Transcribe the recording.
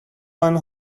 one